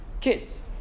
kids